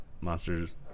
monsters